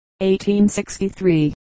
1863